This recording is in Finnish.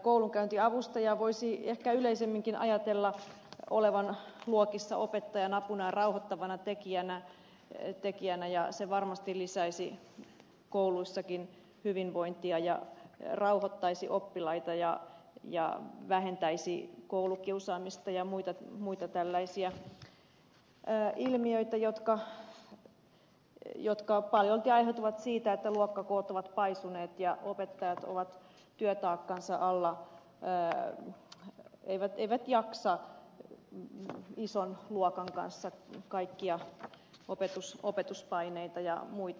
koulunkäyntiavustajan voisi ehkä yleisemminkin ajatella olevan luokissa opettajan apuna ja rauhoittavana tekijänä ja se varmasti lisäisi kouluissakin hyvinvointia ja rauhoittaisi oppilaita ja vähentäisi koulukiusaamista ja muita tällaisia ilmiöitä jotka paljolti aiheutuvat siitä että luokkakoot ovat paisuneet ja opettajat ovat työtaakkansa alla eivät jaksa ison luokan kanssa kaikkia opetuspaineita ja muita